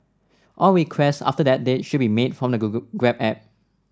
all requests after that date should be made from the Grab app